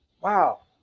wow